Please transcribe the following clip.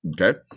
Okay